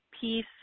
peace